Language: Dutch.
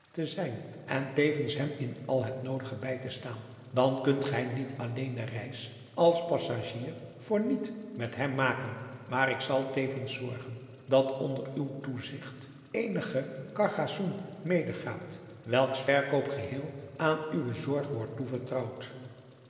wouter blommesteyn vens hem in al het noodige bij te staan dan kunt gij niet alleen de reis als passagier voor niet met hem maken maar ik zal tevens zorgen dat onder uw toezigt eenig cargasoen medegaat welks verkoop geheel aan uwe zorg wordt